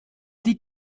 die